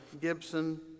Gibson